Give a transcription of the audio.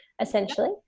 essentially